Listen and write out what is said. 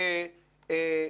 טיעונים.